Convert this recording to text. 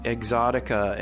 Exotica